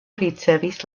ricevis